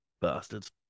bastards